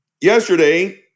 yesterday